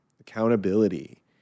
accountability